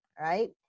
right